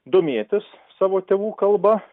domėtis savo tėvų kalba